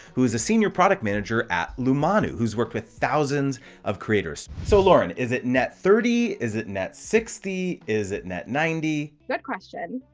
who is a senior product manager at lumanu, who's worked with thousands of creators. so lauren, is it net thirty? is it net sixty? is it net ninety? good question.